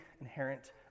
inherent